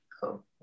cool